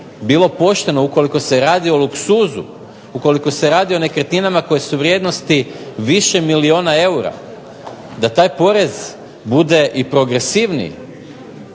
bilo pošteno ukoliko se radi o luksuzu, ukoliko se radi o nekretninama koje su vrijednosti više milijuna eura, da taj porez bude i progresivniji.